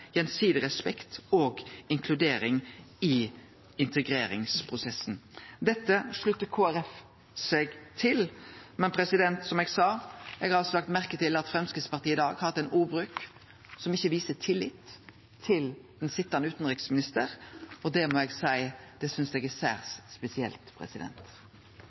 gjensidig respekt og inkludering i integreringsprosessen Dette sluttar Kristeleg Folkeparti seg til. Men som eg sa: Eg har lagt merke til at Framstegspartiet i dag har hatt ein ordbruk som ikkje viste tillit til den sitjande utanriksministeren. Det må eg seie eg synest er særs spesielt.